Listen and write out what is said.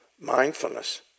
mindfulness